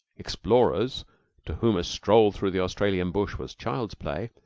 explorers to whom a stroll through the australian bush was child's-play,